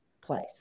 place